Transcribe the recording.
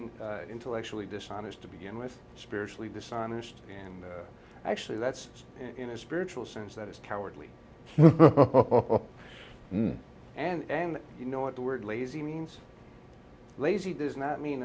that's an intellectually dishonest to begin with spiritually dishonest and actually that's in a spiritual sense that is cowardly and you know what the word lazy means lazy does not mean